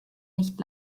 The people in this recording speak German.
nicht